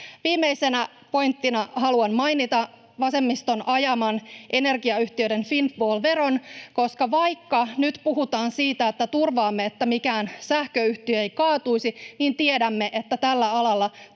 Viimeisenä pointtina haluan mainita vasemmiston ajaman energiayhtiöiden windfall-veron, koska vaikka nyt puhutaan siitä, että turvaamme, että mikään sähköyhtiö ei kaatuisi, niin tiedämme, että tällä alalla tahkotaan